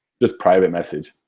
just private message.